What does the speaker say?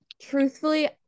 truthfully